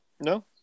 No